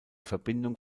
verbindung